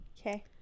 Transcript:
Okay